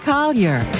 Collier